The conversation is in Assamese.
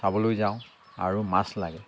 চাবলৈ যাওঁ আৰু মাছ লাগে